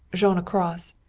jean across,